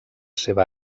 seva